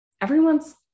everyone's